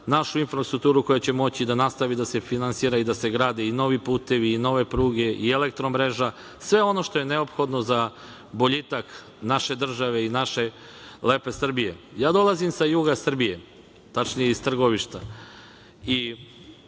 našu infrastrukturu koja će moći da nastavi da se finansira i da se grade novi putevi i nove pruge i elektro-mreža, sve ono što je neophodno za boljitak naše države i naše lepe Srbije. Dolazim sa juga Srbije, tačnije iz Trgovišta